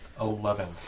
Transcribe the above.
Eleven